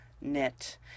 knit